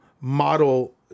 model